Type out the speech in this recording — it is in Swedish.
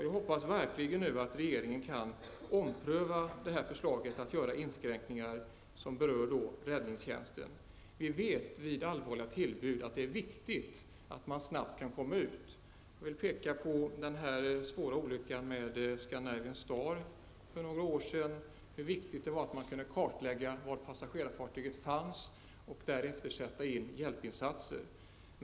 Jag hoppas verkligen att regeringen nu kan ompröva förslaget om att göra inskränkningar som berör räddningstjänsten. Vi vet att det vid allvarliga tillbud är viktigt att snabbt kunna komma ut. Jag vill peka på den svåra olyckan med Scandinavian Star för några år sedan, då det var värdefullt att man kunde klarlägga var passagerarfartyget fanns och därefter sätta in hjälpinsatser.